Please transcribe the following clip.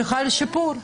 שחל שיפור.